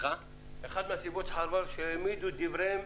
שהעמידו דבריהם